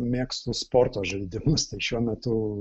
mėgstu sporto žaidimus tai šiuo metu